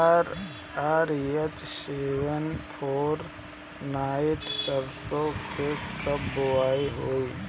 RH seven four nine सरसो के कब बुआई होई?